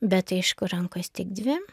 bet aišku rankos tik dvi